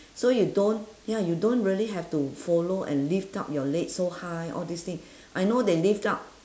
so you don't ya you don't really have to follow and lift up your leg so high all this thing I know they lift up